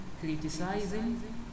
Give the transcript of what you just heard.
criticizing